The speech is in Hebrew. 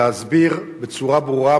להסביר בצורה ברורה,